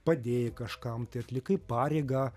padėjai kažkam tai atlikai pareigą